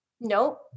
Nope